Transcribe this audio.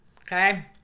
Okay